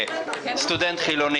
אז אמרתי: זה סוג של משהו מכני.